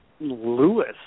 Lewis